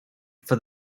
for